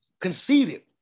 conceited